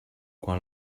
quan